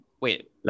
Wait